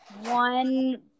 one –